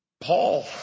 Paul